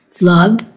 love